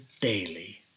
daily